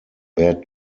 bad